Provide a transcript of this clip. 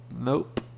Nope